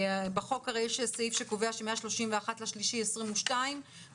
בחוק הרי יש איזה סעיף שקובע שהחל מה-31 למארס 2022 רשות